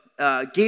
Game